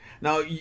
Now